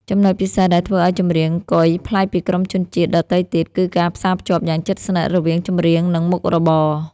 ចំណុចពិសេសដែលធ្វើឲ្យចម្រៀងគុយប្លែកពីក្រុមជនជាតិដទៃទៀត គឺការផ្សារភ្ជាប់យ៉ាងជិតស្និទ្ធរវាង ចម្រៀង និង មុខរបរ ។